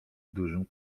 dużym